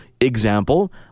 Example